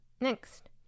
Next